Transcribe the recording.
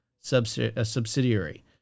subsidiary